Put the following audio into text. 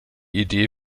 idee